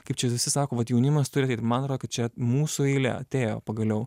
kaip čia visi sako vat jaunimas turi ateit man atrodo kad čia mūsų eilė atėjo pagaliau